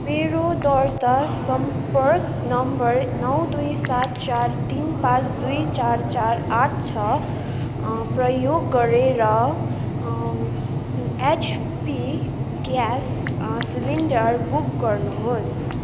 मेरो दर्ता सम्पर्क नम्बर नौ दुई सात चार तिन पाँच दुई चार चार आठ छ प्रयोग गरेर एचपी ग्यास सिलिन्डर बुक गर्नुहोस्